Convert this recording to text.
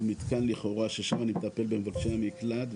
מתקן לכאורה ששם אני מטפל במבקשי המקלט,